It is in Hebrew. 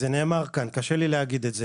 זה נאמר כאן וקשה לי להגיד את זה